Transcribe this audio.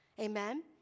Amen